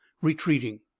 retreating